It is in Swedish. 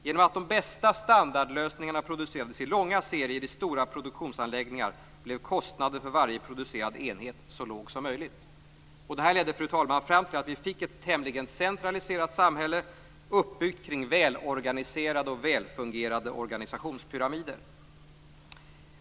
Genom att de bästa standardlösningarna producerades i långa serier i stora produktionsanläggningar, blev kostnaden för varje producerad enhet så låg som möjligt. Fru talman! Detta ledde till att vi fick ett tämligen centraliserat samhälle uppbyggt kring välorganiserade och välfungerande organisationspyramider.